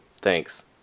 Thanks